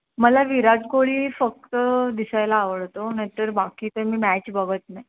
मला विराट कोहली फक्त दिसायला आवडतो नाहीतर बाकी तर मी मॅच बघत नाही